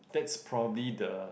that's probably the